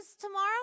tomorrow